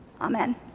amen